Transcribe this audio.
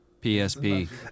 PSP